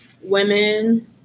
women